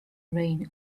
rain